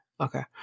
okay